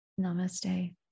namaste